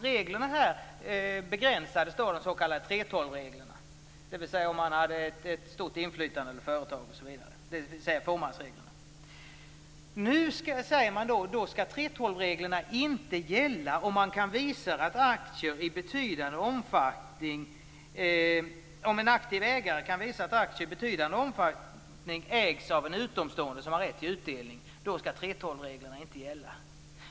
Reglerna begränsades av de s.k. 3:12-reglerna om man hade ett stort inflytande över företaget osv., dvs. fåmansreglerna. Nu säger man att 3:12-reglerna inte skall gälla om en aktiv ägare kan visa att aktier i betydande omfattning ägs av en utomstående som har rätt till utdelning.